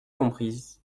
comprises